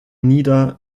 nida